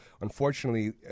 unfortunately